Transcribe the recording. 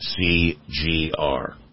C-G-R